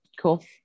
cool